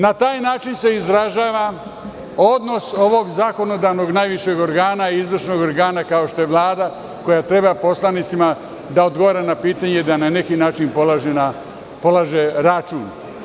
Na taj način se izražava odnos ovog zakonodavnog najvišeg organa i izvršnog organa, kao što je Vlada koja treba poslanicima da odgovara na pitanja i da na neki način polaže račun.